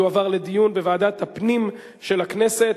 יועבר לדיון בוועדת הפנים של הכנסת.